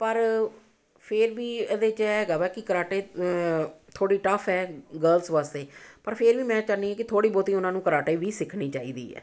ਪਰ ਫਿਰ ਵੀ ਇਹਦੇ 'ਚ ਇਹ ਹੈਗਾ ਹੈ ਕੀ ਕਰਾਟੇ ਥੋੜ੍ਹੀ ਟੱਫ ਹੈ ਗਰਲਸ ਵਾਸਤੇ ਪਰ ਫਿਰ ਵੀ ਮੈਂ ਚਾਹੁੰਦੀ ਕਿ ਥੋੜ੍ਹੀ ਬਹੁਤੀ ਉਹਨਾਂ ਨੂੰ ਕਰਾਟੇ ਵੀ ਸਿੱਖਣੀ ਚਾਹੀਦੀ ਹੈ